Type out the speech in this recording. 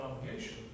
obligation